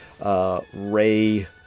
Ray